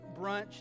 brunch